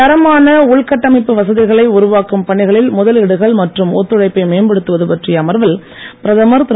தரமான உள்கட்டமைப்பு வசதிகளை உருவாக்கும் பணிகளில் முதலீடுகள் மற்றும் ஒத்துழைப்பை மேம்படுத்துவது பற்றிய அமர்வில் பிரதமர் திரு